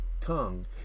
tongue